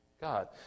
God